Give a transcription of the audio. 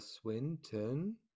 Swinton